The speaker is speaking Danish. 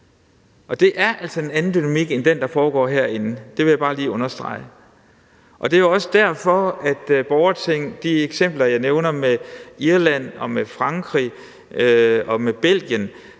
Og det er altså en anden dynamik end den, der foregår herinde. Det vil jeg bare lige understrege. Det er jo også derfor, at de eksempler med borgerting, jeg nævner fra Irland, fra Frankrig og fra Belgien,